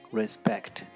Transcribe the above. respect